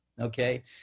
Okay